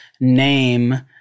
name